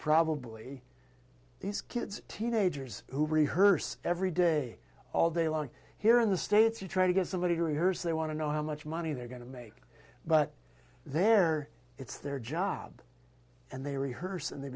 probably these kids teenagers who rehearse every day all day long here in the states you try to get somebody to rehearse they want to know how much money they're going to make but their it's their job and they rehearse and they